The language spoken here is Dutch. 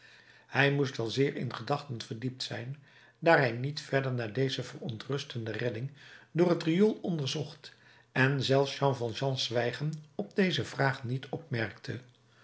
hij moest wel zeer in gedachten verdiept zijn daar hij niet verder naar deze verontrustende redding door het riool onderzocht en zelfs jean valjean's zwijgen op deze vraag niet opmerkte